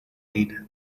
lead